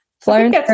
Florence